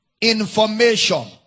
Information